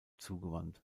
zugewandt